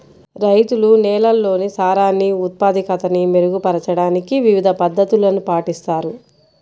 రైతులు నేలల్లోని సారాన్ని ఉత్పాదకతని మెరుగుపరచడానికి వివిధ పద్ధతులను పాటిస్తారు